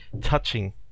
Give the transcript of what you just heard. touching